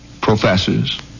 professors